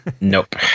Nope